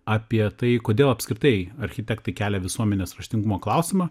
apie tai kodėl apskritai architektai kelia visuomenės raštingumo klausimą